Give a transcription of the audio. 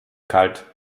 kalt